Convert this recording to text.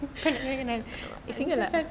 kiri kanan until sia